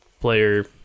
player